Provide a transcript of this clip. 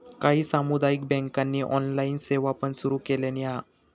काही सामुदायिक बँकांनी ऑनलाइन सेवा पण सुरू केलानी हा